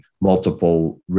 multiple